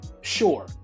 Sure